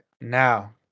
now